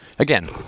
Again